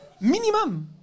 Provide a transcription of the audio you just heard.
Minimum